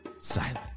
silent